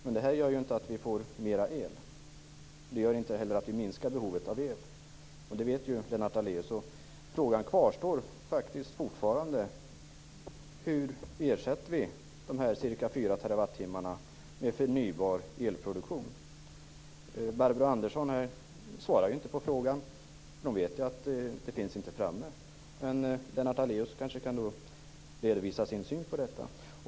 Men det gör inte att vi får mer el. Det gör inte heller att vi minskar behovet av el. Det vet Lennart Daléus. Frågan kvarstår fortfarande: Hur ersätter vi ca 4 TWh med förnybar elproduktion? Barbro Andersson svarade inte på frågan. Hon vet att en lösning inte finns framme. Lennart Daléus kanske kan redovisa sin syn på detta.